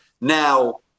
Now